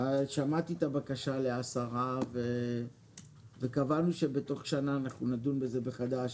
שמעתי את הבקשה ל-10 ₪ וקבענו שבתוך שנה אנחנו נדון בזה מחדש,